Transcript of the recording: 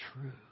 true